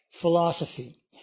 philosophy